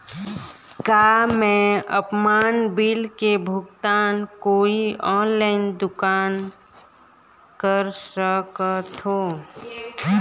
का मैं आपमन बिल के भुगतान कोई ऑनलाइन दुकान कर सकथों?